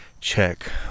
check